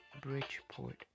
Bridgeport